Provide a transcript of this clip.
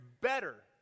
better